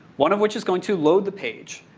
one of which is going to load the page,